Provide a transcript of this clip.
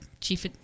chief